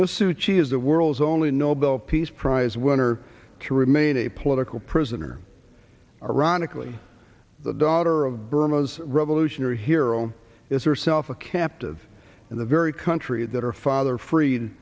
masood she is the world's only nobel peace prize winner to remain a political prisoner ironically the daughter of burma's revolutionary hero is herself a captive in the very country that her father freed